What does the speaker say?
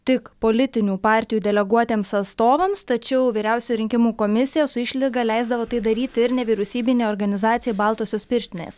tik politinių partijų deleguotiems atstovams tačiau vyriausioji rinkimų komisija su išlyga leisdavo tai daryti ir nevyriausybinei organizacijai baltosios pirštinės